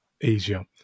Asia